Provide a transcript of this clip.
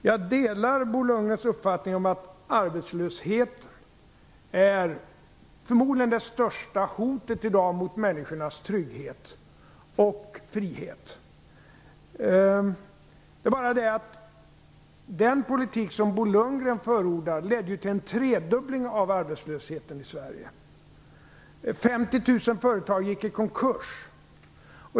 Jag delar Bo Lundgrens uppfattning om att arbetslösheten i dag förmodligen är det största hotet mot människornas trygghet och frihet. Det är bara det att den politik som Bo Lundgren förordar ledde till en tredubbling av arbetslösheten i Sverige. 50 000 företag gick i konkurs.